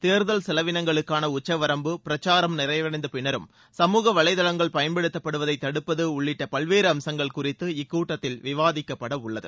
தேர்தல் செலவினங்களுக்கான உச்சவரம்பு பிரச்சாரம் நிறைவடைந்த பின்னரும் சமூக வலைதளங்கள் பயன்படுத்தப்படுவதை தடுப்பது உள்ளிட்ட பல்வேறு அம்சங்கள் குறித்து இக்கூட்டத்தில் விவாதிக்கப்பட உள்ளது